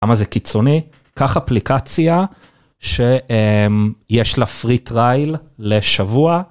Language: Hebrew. למה זה קיצוני? קח אפליקציה שיש לה פרי טרייל לשבוע.